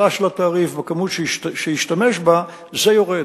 של התעריף והכמות שהשתמש בה זה יורד,